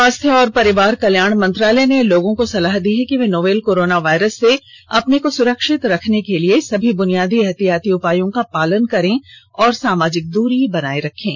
स्वास्थ्य और परिवार कल्याण मंत्रालय ने लोगों को सलाह दी है कि वे नोवल कोरोना वायरस से अपने को सुरक्षित रखने के लिए सभी बुनियादी एहतियाती उपायों का पालन करें और सामाजिक दूरी बनाए रखें